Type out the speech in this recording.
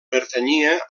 pertanyia